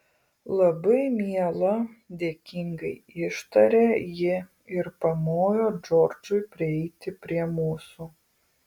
labai miela dėkingai ištarė ji ir pamojo džordžui prieiti prie mūsų